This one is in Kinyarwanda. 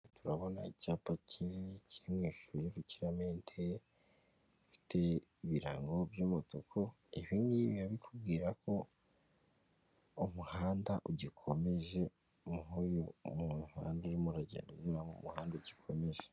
Turabona icyapa kinini kiri mu ishusho y'urukiramende gifite ibirango by'umutuku ibi ngibi biba bikubwira ko umuhanda ugikomeje nk'uyu muhanda urimo uragenda unyura mu muhanda ugikomeje.